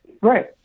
right